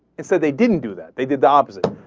instead they didn't do that. they did the opposite.